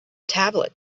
tablet